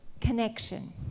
connection